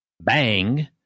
bang